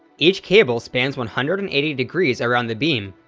each cable spans one hundred and eighty degrees around the beam,